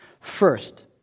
First